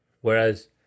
whereas